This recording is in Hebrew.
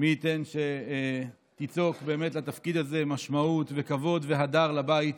מי ייתן שתיצוק לתפקיד הזה משמעות וכבוד והדר לבית